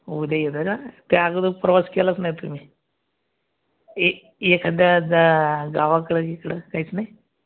उद्या येताय का त्याअगोदर प्रवास केलाच नाय तुम्ही ए एखाद्या गावाकडे इकड काहीच नाही